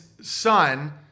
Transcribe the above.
son